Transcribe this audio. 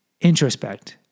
introspect